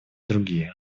другие